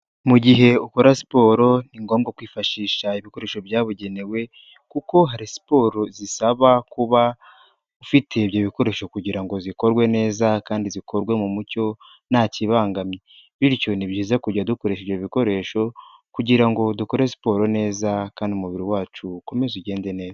Mu gihe ukora siporo ni ngombwa kwifashisha ibikoresho byabugenewe, kuko hari siporo zisaba kuba ufite ibyo bikoresho kugira ngo zikorwe neza kandi zikorwe mu mucyo, nta kibangamye. Bityo ni byiza kujya dukoresha ibyo bikoresho, kugira ngo dukore siporo neza kandi umubiri wacu ukomeze ugende neza.